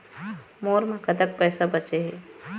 मोर म कतक पैसा बचे हे?